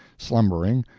slumbering,